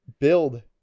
build